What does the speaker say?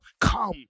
come